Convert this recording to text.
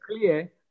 clear